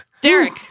Derek